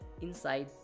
inside